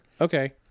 Okay